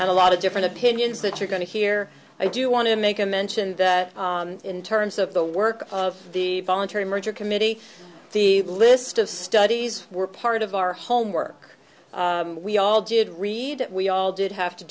and a lot of different opinions that you're going to hear i do want to make a mention that in terms of the work of the voluntary merger committee the list of studies were part of our homework we all did read that we all did have to